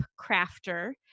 crafter